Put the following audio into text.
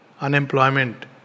Unemployment